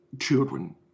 children